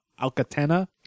Alcatena